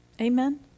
Amen